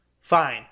Fine